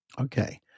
Okay